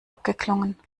abgeklungen